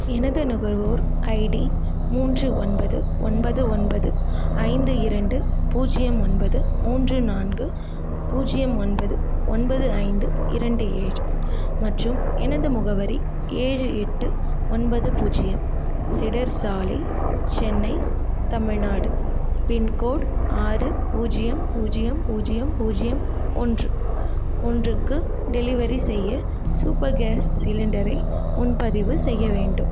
எனது நுகர்வோர் ஐடி மூன்று ஒன்பது ஒன்பது ஒன்பது ஐந்து இரண்டு பூஜ்ஜியம் ஒன்பது மூன்று நான்கு பூஜ்ஜியம் ஒன்பது ஒன்பது ஐந்து இரண்டு ஏழு மற்றும் எனது முகவரி ஏழு எட்டு ஒன்பது பூஜ்ஜியம் சீடர் சாலை சென்னை தமிழ்நாடு பின்கோட் ஆறு பூஜ்ஜியம் பூஜ்ஜியம் பூஜ்ஜியம் பூஜ்ஜியம் ஒன்று ஒன்றுக்கு டெலிவரி செய்ய சூப்பர் கேஸ் சிலிண்டரை முன்பதிவு செய்ய வேண்டும்